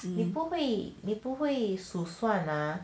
你不会你不会数算 ah